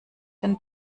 den